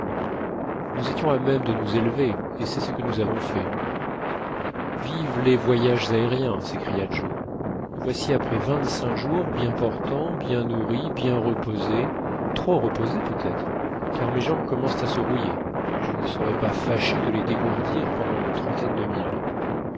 nous étions à même de nous élever et c'est ce que nous avons fait vivent les voyages aériens s'écria joe nous voici après vingt-cinq jours bien portants bien nourris bien reposés trop reposés peut-être car mes jambes commencent à se rouiller et je ne serais pas fâché de les dégourdir pendant une trentaine de milles